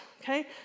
okay